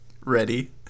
ready